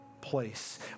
place